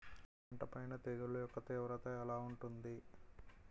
పంట పైన తెగుళ్లు యెక్క తీవ్రత ఎలా ఉంటుంది